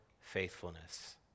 faithfulness